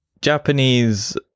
Japanese